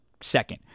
Second